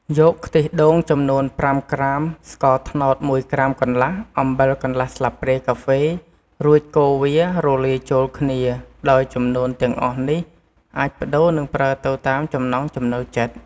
យកខ្ទិះដូង ចំនួន៥ក្រាម ស្ករត្នោត១ក្រាមកន្លះ អំបិលកន្លះស្លាបព្រាកាហ្វេ រួចកូរឱ្យវារលាយចូលគ្នា ដោយចំនួនទាំងអស់នេះអាចប្ដូរនិងប្រើទៅតាមចំណង់ចំណូលចិត្ត។